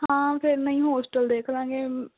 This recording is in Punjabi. ਹਾਂ ਫਿਰ ਨਹੀਂ ਹੋਸਟਲ ਦੇਖ ਲਵਾਂਗੇ